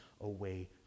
away